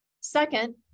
Second